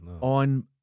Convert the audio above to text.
On